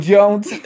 Jones